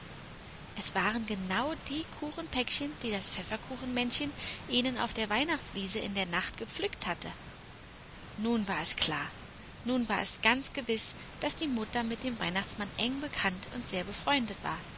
es waren genau die kuchenpäckchen die das pfefferkuchen männchen ihnen auf der weihnachtswiese in der nacht gepflückt hatte nun war es klar nun war es ganz gewiß daß die mutter mit dem weihnachtsmann eng bekannt und sehr befreundet war